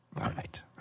right